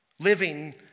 Living